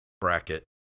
bracket